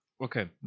Okay